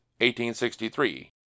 1863